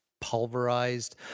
pulverized